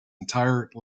entire